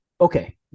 okay